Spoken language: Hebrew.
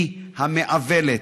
היא המעוולת,